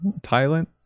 Thailand